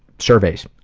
surveys,